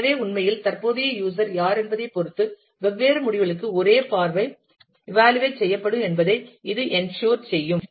எனவே உண்மையில் தற்போதைய யூஸர் யார் என்பதைப் பொறுத்து வெவ்வேறு முடிவுகளுக்கு ஒரே பார்வை இவ்வாலுவேட் செய்யப்படும் என்பதை இது என்சூர் செய்யும்